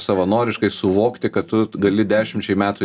savanoriškai suvokti kad tu gali dešimčiai metų